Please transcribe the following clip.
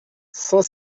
saint